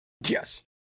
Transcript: yes